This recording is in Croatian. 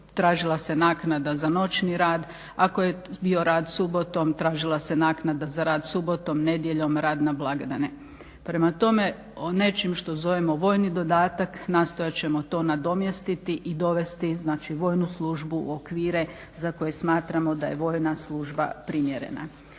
Tražila se naknada za noćni rad, ako je bio rad subotom, tražila se naknada za rad subotom, nedjeljom, rad na blagdane. Prema tome nečim što zovemo vojni dodatak nastojat ćemo to nadomjestiti i dovesti vojnu službu u okvire za koje smatramo da je vojna primjerena.